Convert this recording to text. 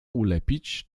ulepić